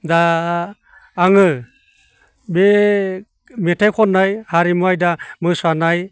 दा आङो बे मेथाइ खननाय हारिमु आयदा मोसानाय